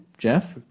Jeff